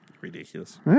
Ridiculous